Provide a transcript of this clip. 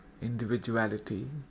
individuality